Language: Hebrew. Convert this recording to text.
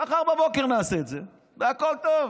מחר בבוקר נעשה את זה והכול טוב.